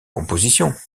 compositions